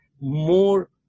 more